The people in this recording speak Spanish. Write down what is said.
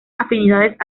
afinidades